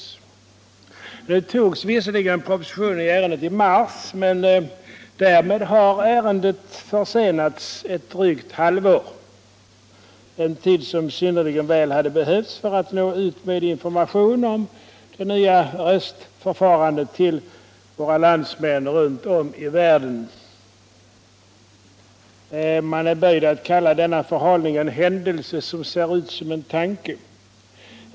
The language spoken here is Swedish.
Det togs visserligen proposition i ärendet i mars, men därmed har ärendet försenats ett drygt halvår, en tid som synnerligen väl hade behövts för att nå ut med information om det nya röstförfarandet till våra landsmän runt om i världen. Man är böjd att kalla denna förhalning en händelse som ser ut som en tanke.